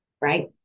Right